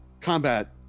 Combat